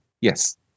Yes